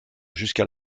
jusqu’à